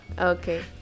Okay